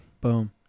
Boom